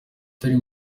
atari